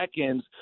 seconds